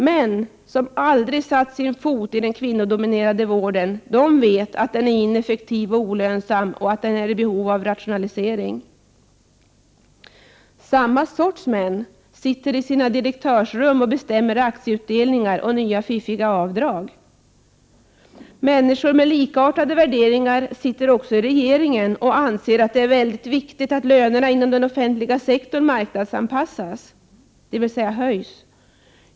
Män som aldrig satt sin fot i den kvinnodominerade vården vet att den är ineffektiv och olönsam och att den är i behov av rationalisering. Samma sorts män sitter i sina direktörsrum och bestämmer aktieutdelningar och nya fiffiga avdrag. Människor med likartade värderingar sitter också i regeringen och anser att det är väldigt viktigt att lönerna inom den offentliga sektorn marknadsanpassas, dvs. höjs.